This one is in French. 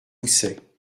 goussets